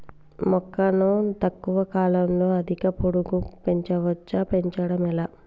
మొక్కను తక్కువ కాలంలో అధిక పొడుగు పెంచవచ్చా పెంచడం ఎలా?